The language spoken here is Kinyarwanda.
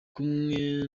kumwe